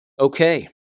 Okay